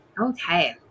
Okay